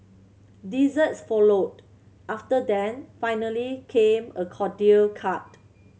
desserts followed after then finally came a cordial cart